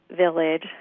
village